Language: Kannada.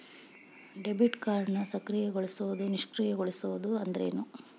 ಡೆಬಿಟ್ ಕಾರ್ಡ್ನ ಸಕ್ರಿಯಗೊಳಿಸೋದು ನಿಷ್ಕ್ರಿಯಗೊಳಿಸೋದು ಅಂದ್ರೇನು?